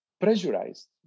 pressurized